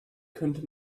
könnte